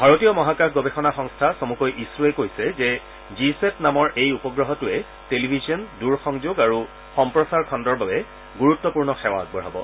ভাৰতীয় মহাকাশ গৱেষণা সংস্থা চমুকৈ ইছৰৰে কৈছে যে জিছেট নামৰ এই উপগ্ৰহটোৱে টেলিভিছন দূৰসংযোগ আৰু সম্প্ৰচাৰ খণ্ডৰ বাবে গুৰুত্বপূৰ্ণ সেৱা আগবঢ়াব